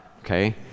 okay